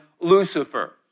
Lucifer